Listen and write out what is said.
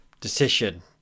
decision